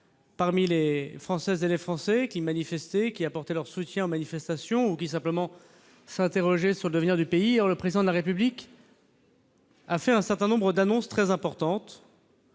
de Françaises et Français qui manifestaient, qui apportaient leur soutien aux manifestations ou qui s'interrogeaient simplement sur le devenir du pays, le Président de la République a fait hier un certain nombre d'annonces très importantes,